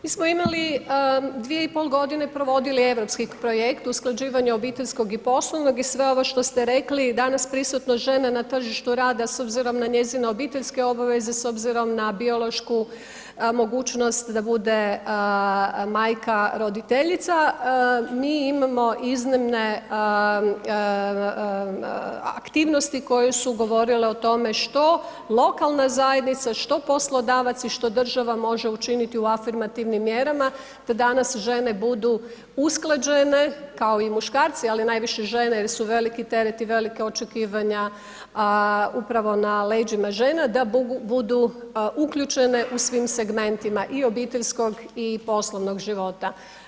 mi smo imali 2,5 g. provodili europski projekt o usklađivanju obiteljskog i poslovnog i sve ovo što ste rekli, danas prisutne žene na tržištu rada s obzirom da njezine obiteljske obaveze, s obzirom na biološku mogućnost da bude majka roditeljica, mi imamo iznimne aktivnosti koje su govorile o tome što lokalna zajednica, što poslodavac i što država može učiniti u afirmativnim mjerama te da danas žene budu usklađene kao i muškarci ali najviše žene jer su veliki teret i velika očekivanja upravo na leđima žena, da budu uključene u svim segmentima, i obiteljskog i poslovnog života.